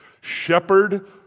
shepherd